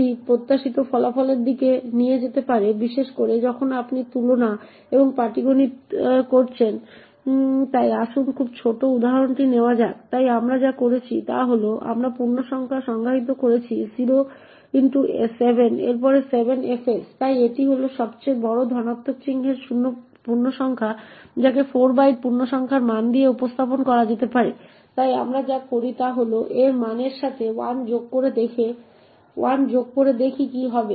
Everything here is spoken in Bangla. এটি অপ্রত্যাশিত ফলাফলের দিকে নিয়ে যেতে পারে বিশেষ করে যখন আপনি তুলনা এবং পাটিগণিত করছেন তাই আসুন এই খুব ছোট উদাহরণটি নেওয়া যাক তাই আমরা যা করেছি তা হল আমরা পূর্ণসংখ্যা l সংজ্ঞায়িত করেছি 0 x 7 এর পরে 7 fs তাই এটি হল সবচেয়ে বড় ধনাত্মক চিহ্নের পূর্ণসংখ্যা যাকে 4 বাইট পূর্ণসংখ্যার মান দিয়ে উপস্থাপন করা যেতে পারে তাই আমরা যা করি তা হল l এর এই মানের সাথে 1 যোগ করে দেখি কি হবে